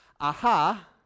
aha